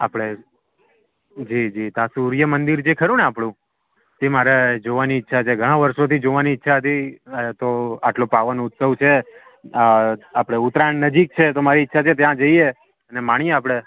આપણે જી જી ત્યાં સૂર્ય મંદિર જે ખરું ને આપણું તે મારા જોવાની ઈચ્છા છે ઘણાં વર્ષોથી જોવાની ઈચ્છા હતી તો આટલો પાવન ઉત્સવ છે આપણે ઉત્તરાયણ નજીક છે તો મારી ઈચ્છા છે ત્યાં જઈએ ને માણીએ આપણે